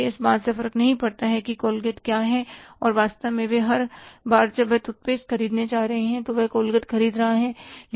ये इस बात से फर्क नहीं पड़ता हैं कि कोलगेट क्या है और वास्तव में वह हर बार जब वह टूथपेस्ट खरीदने जा रहा है तो वह कोलगेट ख़रीद रहा है